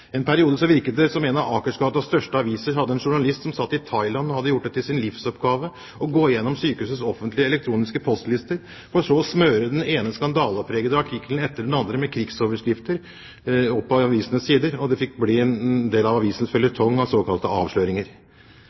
En periode virket det som om en av Akersgatas største aviser hadde en journalist i Thailand, og som hadde gjort det til sin livsoppgave å gå gjennom sykehusets offentlige elektroniske postlister, for så å smøre den ene skandalepregede artikkelen etter den andre med krigsoverskrifter på avisens sider, og det fikk bli en del av avisens føljetong av såkalte avsløringer.